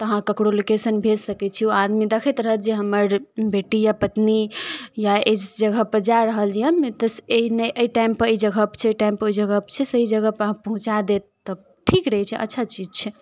तऽ अहाँ ककरो लोकेशन भेज सकै छी ओ आदमी देखैत रहत जे हमर बेटी या पत्नी या अइ जगहपर जा रहल यऽ तऽ ने अइ टाइमपर अइ जगहपर छै ओइ टाइमपर ओइ जगहपर छै सही जगहपर अहाँके पहुँचा देत तब ठीक रहे छै अच्छा चीज छै